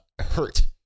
hurt